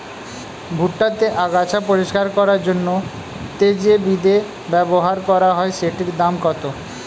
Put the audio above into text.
ভুট্টা তে আগাছা পরিষ্কার করার জন্য তে যে বিদে ব্যবহার করা হয় সেটির দাম কত?